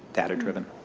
data-driven.